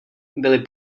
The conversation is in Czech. byli